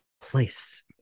place